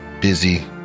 busy